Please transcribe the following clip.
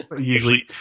usually